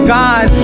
god